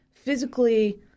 physically